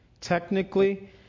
technically